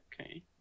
okay